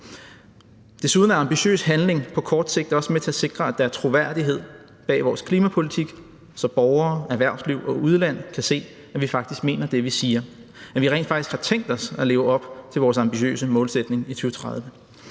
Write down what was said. Desuden er ambitiøs handling på kort sigt også med til at sikre, at der er troværdighed bag vores klimapolitik, så borgere, erhvervsliv og udland kan se, at vi faktisk mener det, vi siger, og at vi rent faktisk har tænkt os at leve op til vores ambitiøse målsætning i 2030.